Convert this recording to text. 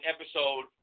episode